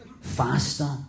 faster